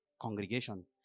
congregation